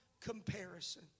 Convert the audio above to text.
comparison